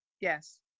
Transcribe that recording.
yes